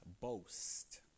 boast